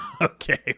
Okay